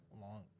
Long